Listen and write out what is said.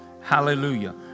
Hallelujah